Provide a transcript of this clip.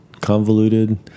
convoluted